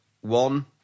one